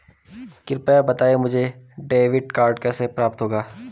कृपया बताएँ मुझे डेबिट कार्ड कैसे प्राप्त होगा?